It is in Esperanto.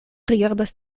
rigardas